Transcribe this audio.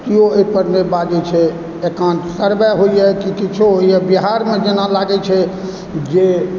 केओ एहिपर नहि बाजै छै एखन सर्वे होइए कि किछो होइए बिहारमे जेना लागै छै जे